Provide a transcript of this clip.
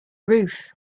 roof